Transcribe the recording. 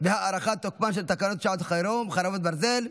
של תקנות שעת חירום (חרבות ברזל)